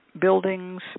buildings